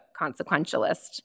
consequentialist